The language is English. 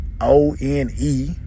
O-N-E